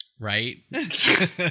right